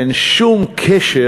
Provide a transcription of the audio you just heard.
אין שום קשר,